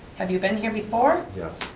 have you been here before? yes.